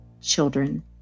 children